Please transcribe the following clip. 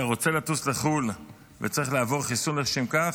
אתה רוצה לטוס לחו"ל וצריך לעבור חיסון לשם כך?